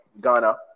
Ghana